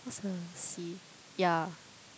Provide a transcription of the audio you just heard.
what's the C yeah